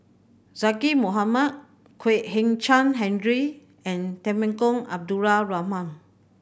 Zaqy Mohamad Kwek Hian Chuan Henry and Temenggong Abdul Rahman